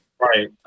right